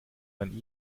man